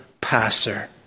passer